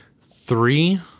three